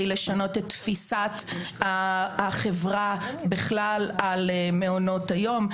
לשנות את תפיסת החברה בכלל על מעונות היום.